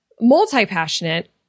multi-passionate